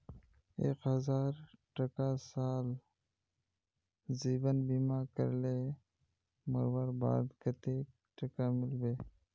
एक हजार टका साल जीवन बीमा करले मोरवार बाद कतेक टका मिलबे?